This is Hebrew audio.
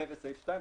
זה בסעיף (2).